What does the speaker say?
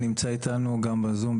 גם נמצא איתנו בזום,